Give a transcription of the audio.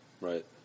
Right